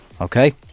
okay